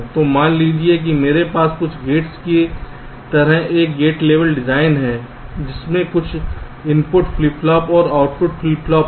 तो मान लीजिए कि मेरे पास कुछ गेट्स की तरह एक गेट लेवल डिज़ाइन है जिसमें कुछ इनपुट फ्लिप फ्लॉप और आउटपुट फ्लिप फ्लॉप हैं